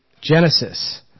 Genesis